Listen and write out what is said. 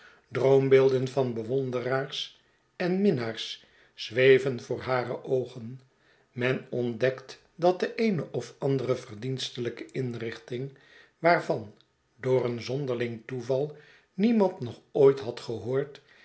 droombeelden van bewonderaars en minnaars zweven voor hare oogen men ontdekt dat de eene of andere verdienstelijke indenting waarvan door een zonderling toeval niemand nog ooit had gehoord